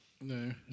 No